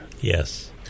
Yes